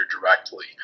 directly